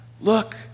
look